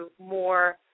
more